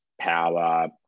power